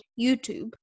YouTube